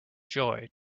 joy